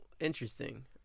Interesting